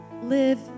live